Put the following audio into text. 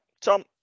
Tom